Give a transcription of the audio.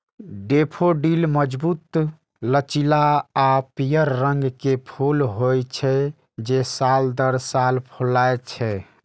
daffodil मजबूत, लचीला आ पीयर रंग के फूल होइ छै, जे साल दर साल फुलाय छै